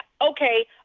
okay